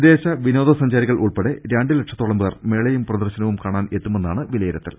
വിദേശ വിനോദസഞ്ചാരി കൾ ഉൾപ്പെടെ രണ്ട് ലക്ഷത്തോളം പേർ മേളയും പ്രദർശനവും കാണാൻ എത്തുമെന്നാണ് വിലയിരുത്തൽ